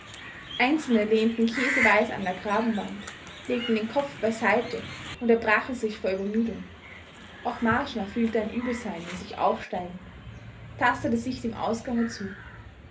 einzelne lehnten käseweiß an der grabenwand legten den kopf beiseite und erbrachen sich vor übermüdung auch marschner fühlte ein übelsein in sich aufsteigen tastete sich dem ausgange zu